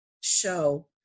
show